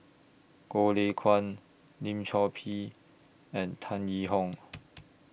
Goh Lay Kuan Lim Chor Pee and Tan Yee Hong